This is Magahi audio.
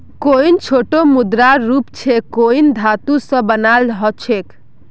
कॉइन छोटो मुद्रार रूप छेक कॉइन धातु स बनाल ह छेक